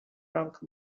drunk